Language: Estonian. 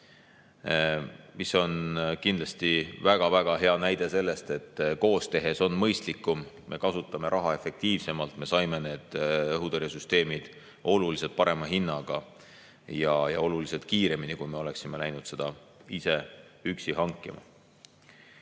See on kindlasti väga-väga hea näide sellest, et koos tehes on mõistlikum, me kasutame raha efektiivsemalt, me saime need õhutõrjesüsteemid oluliselt parema hinnaga ja oluliselt kiiremini, kui me oleksime saanud neid ise üksi hankides.